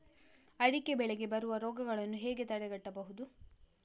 ಅಡಿಕೆ ಬೆಳೆಗೆ ಬರುವ ರೋಗಗಳನ್ನು ಹೇಗೆ ತಡೆಗಟ್ಟಬಹುದು?